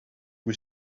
who